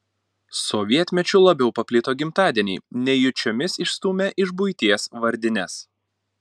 sovietmečiu labiau paplito gimtadieniai nejučiomis išstūmę iš buities vardines